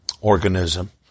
organism